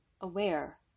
aware